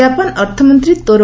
କାପାନ ଅର୍ଥମନ୍ତ୍ରୀ ତାରେ